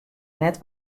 net